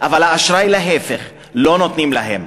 אבל האשראי להפך, לא נותנים להם.